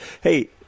Hey